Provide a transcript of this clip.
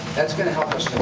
that's gonna help us.